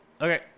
Okay